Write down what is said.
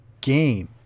game